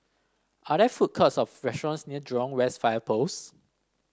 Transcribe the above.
are there food courts or restaurants near Jurong West Fire Post